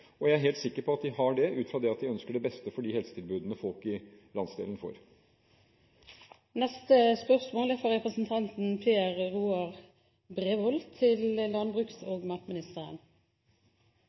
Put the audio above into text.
og jeg er helt sikker på at de har det ut fra at de ønsker det beste for de helsetilbudene folk i landsdelen får. Dette spørsmålet er trukket tilbake. Jeg ønsker å stille følgende spørsmål til landbruks-